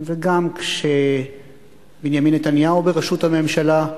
וגם כשבנימין נתניהו בראשות הממשלה: